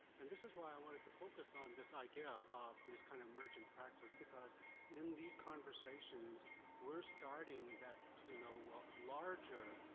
and this is why i wanted to focus on this idea of this kind of emergent praxis because in these conversations we're starting that, you know, larger,